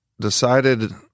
decided